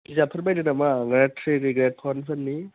बिजाबफोर बायदों नामा ग्रेड ट्रि ग्रेड परफोरनि